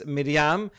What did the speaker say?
Miriam